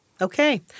Okay